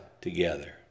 together